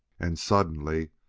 and suddenly,